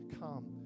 come